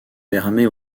permet